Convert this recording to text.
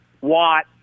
Watt